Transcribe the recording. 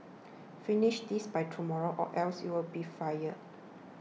finish this by tomorrow or else you'll be fired